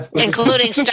including